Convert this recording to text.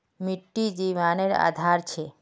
मिटटी जिवानेर आधार छे